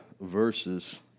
verses